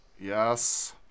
yes